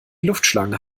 luftschlangen